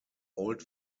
old